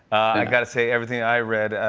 got to say, everything i read,